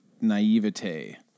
naivete